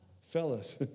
fellas